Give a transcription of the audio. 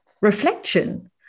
reflection